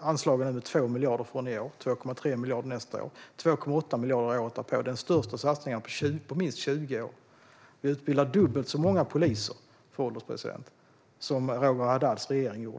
anslagen med över 2 miljarder från i år, 2,3 miljarder nästa år och 2,8 miljarder året därpå. Det är den största satsningen på minst 20 år. Vi utbildar dubbelt så många poliser som Roger Haddads regering gjorde.